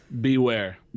beware